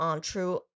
true